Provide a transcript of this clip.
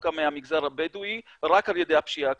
דווקא מהמגזר הבדואי רק על ידי הפשיעה הכלכלית.